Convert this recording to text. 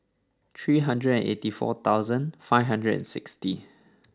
three hundred and eighty four thousand five hundred and sixty